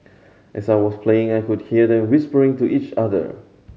as I was playing I could hear them whispering to each other